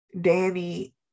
Danny